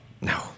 No